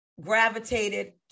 gravitated